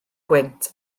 gwynt